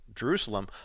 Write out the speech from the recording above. jerusalem